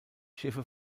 schiffe